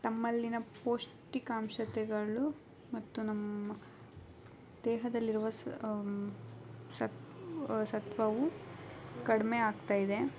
ತಮ್ಮಲ್ಲಿನ ಪೌಷ್ಟಿಕಾಂಶತೆಗಳು ಮತ್ತು ನಮ್ಮ ದೇಹದಲ್ಲಿರುವ ಸತು ಸತ್ವವು ಕಡಿಮೆ ಆಗ್ತಾ ಇದೆ